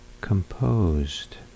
composed